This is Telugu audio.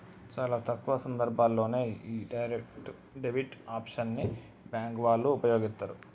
చాలా తక్కువ సందర్భాల్లోనే యీ డైరెక్ట్ డెబిట్ ఆప్షన్ ని బ్యేంకు వాళ్ళు వుపయోగిత్తరు